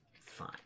fine